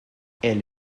elle